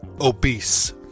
obese